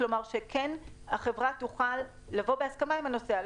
כדי שהחברה תוכל לבוא בהסכמה עם הנוסע.